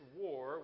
war